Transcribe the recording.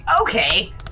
Okay